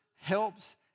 helps